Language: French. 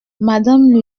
madame